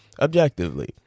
objectively